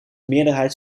meerderheid